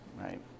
right